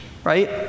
Right